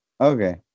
okay